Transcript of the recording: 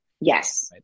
Yes